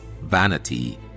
vanity